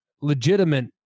legitimate